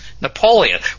Napoleon